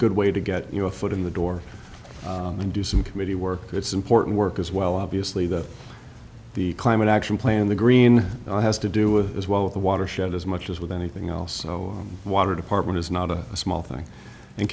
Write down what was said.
good way to get a foot in the door and do some committee work it's important work as well obviously that the climate action plan the green has to do with as well with the watershed as much as with anything else water department is not a small thing and